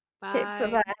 Bye